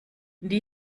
die